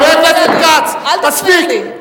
חבר הכנסת כץ, מספיק.